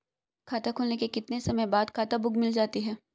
खाता खुलने के कितने समय बाद खाता बुक मिल जाती है?